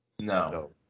No